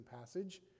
passage